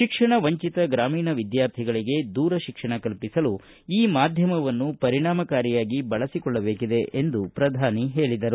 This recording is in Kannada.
ಶಿಕ್ಷಣ ವಂಚಿತ ಗ್ರಾಮೀಣ ವಿದ್ಯಾರ್ಥಿಗಳಿಗೆ ದೂರತಿಕ್ಷಣ ಕಲ್ಪಿಸಲು ಈ ಮಾಧ್ಯಮವನ್ನು ಪರಿಣಾಮಕಾರಿಯಾಗಿ ಬಳಸಿಕೊಳ್ಳಬೇಕಿದೆ ಎಂದು ಅವರು ಹೇಳಿದರು